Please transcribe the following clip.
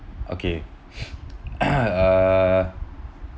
okay uh